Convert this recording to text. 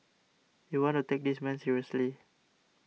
you want to take this man seriously